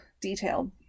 detailed